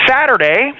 Saturday